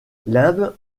limbe